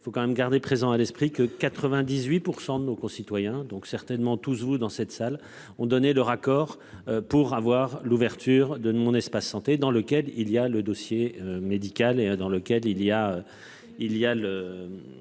Il faut quand même garder présent à l'esprit que 98% de nos concitoyens, donc certainement tous vous dans cette salle ont donné leur accord pour avoir l'ouverture de mon espace santé dans lequel il y a le dossier médical et dans lequel il y a.